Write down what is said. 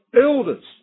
elders